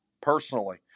personally